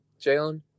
Jalen